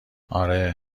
آره